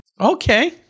Okay